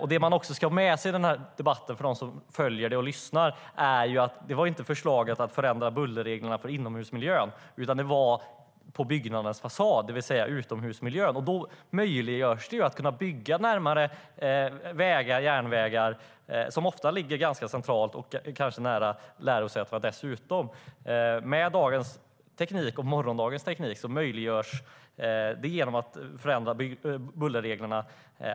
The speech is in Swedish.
I debatten ska man ha med sig - jag vänder mig till er som följer detta eller lyssnar - att förslaget inte gällde bullerreglerna i inomhusmiljön utan byggnadernas fasad, det vill säga utomhusmiljön. Då gör man det möjligt att bygga närmare vägar och järnvägar, som ofta ligger centralt och dessutom kanske nära lärosätena. Detta blir möjligt genom dagens och morgondagens teknik och genom att man förändrar bullerreglerna.